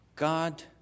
God